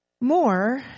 More